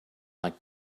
like